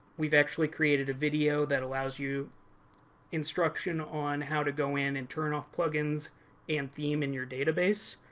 we've actually created a video that allows you instruction on how to go in, and turn off plugins and theme in your database.